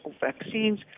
vaccines